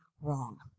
wrong